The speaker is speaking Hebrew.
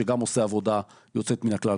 שגם עושים עבודה יוצאת מן הכלל.